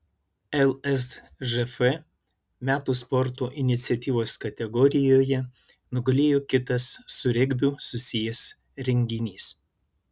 lsžf metų sporto iniciatyvos kategorijoje nugalėjo kitas su regbiu susijęs renginys